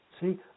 see